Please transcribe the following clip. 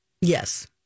Yes